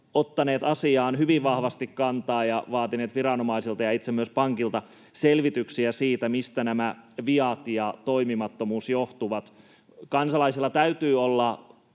ottaneet asiaan hyvin vahvasti kantaa ja vaatineet viranomaisilta ja myös itse pankilta selvityksiä siitä, mistä nämä viat ja toimimattomuus johtuvat. Kansalaisilla täytyy olla